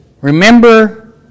remember